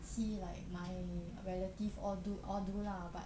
see like my relative all do all do lah but